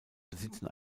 besitzen